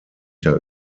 der